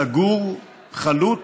סגור, חלוט,